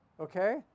Okay